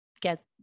get